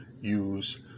use